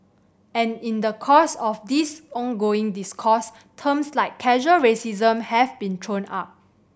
and in the course of this ongoing discourse terms like casual racism have been thrown up